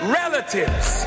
relatives